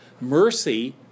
Mercy